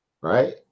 right